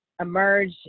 emerge